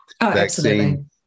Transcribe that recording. vaccine